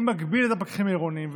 הייתי מגביר את הפקחים העירוניים,